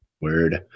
Word